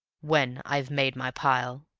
when i've made my pile.